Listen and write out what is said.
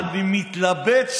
אני מתלבט.